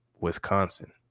Wisconsin